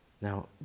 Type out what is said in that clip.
now